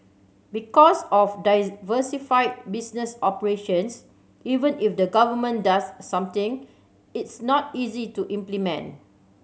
because of diversified business operations even if the Government does something it's not easy to implement